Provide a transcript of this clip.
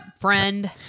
friend